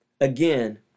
Again